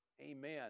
Amen